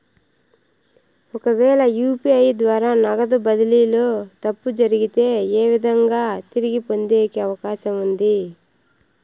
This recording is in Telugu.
ఒకవేల యు.పి.ఐ ద్వారా నగదు బదిలీలో తప్పు జరిగితే, ఏ విధంగా తిరిగి పొందేకి అవకాశం ఉంది?